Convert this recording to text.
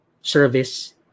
service